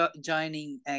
joining